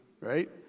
right